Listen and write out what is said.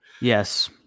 Yes